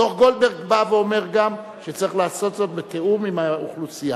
דוח-גולדברג בא ואומר גם שצריך לעשות זאת בתיאום עם האוכלוסייה.